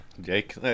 Jake